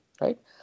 right